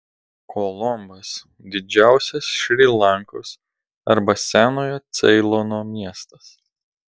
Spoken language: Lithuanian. kolombas didžiausias šri lankos arba senojo ceilono miestas